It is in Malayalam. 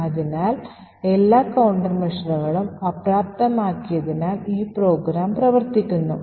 അതിനാൽ എല്ലാ കൌണ്ടർ ണ്മെഷറുകളും അപ്രാപ്തമാക്കിയതിനാൽ ഈ പ്രോഗ്രാം പ്രവർത്തിക്കുന്നു